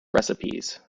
recipes